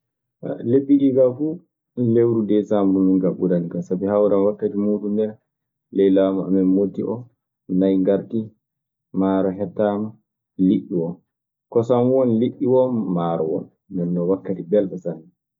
lebbi ɗii kaa fuu, lewru deesembr min kaa ɓurani kan, sabi hawran wakkati muuɗun ndee, ley laamu amen Motti oo: nay ngartii, maaro heɗtaama, liɗɗi won. Kosam won, liɗɗi won, maaro won, ndeen non